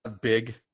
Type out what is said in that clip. big